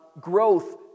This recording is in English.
growth